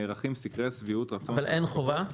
נערכים סקרי שביעות רצון -- אבל אין חובה?